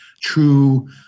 true